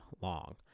long